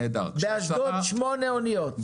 באשדוד, שמונה אוניות.